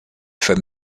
for